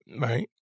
Right